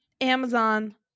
amazon